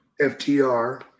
FTR